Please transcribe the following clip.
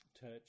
touch